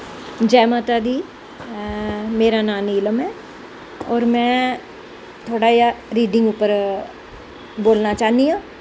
जै माता दी मेरा नांऽ नीलम ऐ में थोह्ड़ा जा रीड़िंग उप्पर बोलनां चाह्न्नी आं